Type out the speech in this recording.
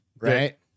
right